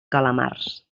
calamars